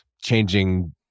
changing